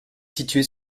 situé